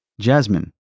Jasmine